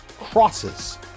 crosses